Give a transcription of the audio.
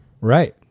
Right